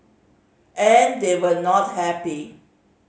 and they were not happy